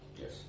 Yes